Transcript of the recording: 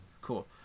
cool